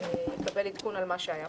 יקבל עדכון על מה שהיה פה.